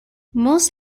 most